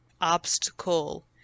obstacle